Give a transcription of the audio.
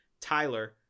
Tyler